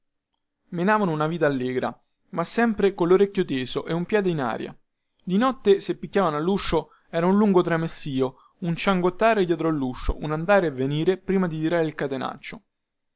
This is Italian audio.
menavano una vita allegra ma sempre collorecchio teso e un piede in aria di notte se picchiavano alluscio era un lungo tramestío un ciangottare dietro luscio un andare e venire prima di tirare il